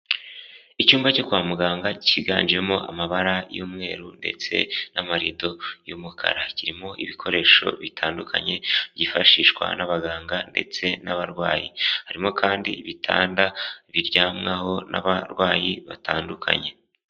Icyumba cyo kwa muganga cyiganjemo amabara y'umweru ndetse n'amarido y'umukara, kirimo ibikoresho bitandukanye byifashishwa n'abaganga ndetse n'abarwayi, harimo kandi ibitanda biryamwaho n'abarwayi batandukanye.